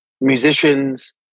musicians